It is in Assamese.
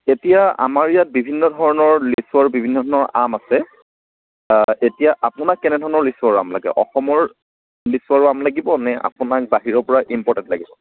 এতিয়া আমাৰ ইয়াত বিভিন্ন ধৰণৰ লিচু আৰু বিভিন্ন ধৰণৰ আম আছে এতিয়া আপোনাক কেনে ধৰণৰ লিচু আৰু আম লাগে অসমৰ লিচু আৰু আম লাগিব নে আপোনাক বাহিৰৰ পৰা ইমপৰ্টেদ লাগিব